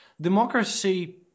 Democracy